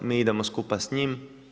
Mi idemo skupa s njim.